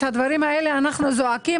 את הדברים האלה אנחנו זועקים,